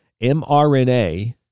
mRNA